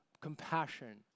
compassion